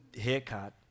haircut